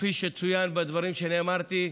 כפי שצוין בדברים שאני אמרתי,